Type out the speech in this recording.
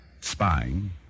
Spying